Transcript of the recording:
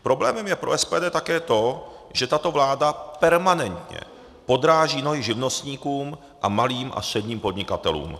Problémem je pro SPD také to, že tato vláda permanentně podráží nohy živnostníkům a malým a středním podnikatelům.